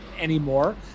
anymore